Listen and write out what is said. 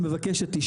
נתנו פה